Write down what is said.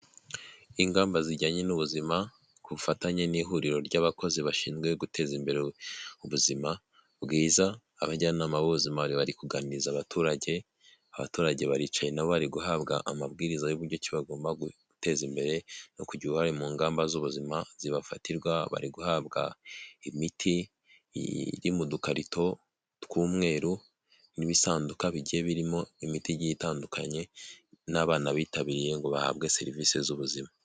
IIngamba zijyanye n'ubuzima ku bufatanye n'ihuriro ry'abakozi bashinzwe guteza imbere ubuzima bwiza abajyanama b'ubuzimama bari kuganiza abaturage, abaturage baricaye nabo bari guhabwa amabwiriza y'uburyo KI bagomba guteza imbere no kugira uruhare mu ngamba z'ubuzima zibafatirwa, bari guhabwa imiti iri mu dukarito tw'umweru, n'ibisanduka bigiye birimo imiti igiye itandukanye, n'abana bitabiriye ngo bahabwe serivisi z'ubuzima.